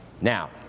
Now